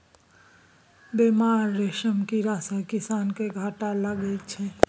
बेमार रेशम कीड़ा सँ किसान केँ घाटा लगै छै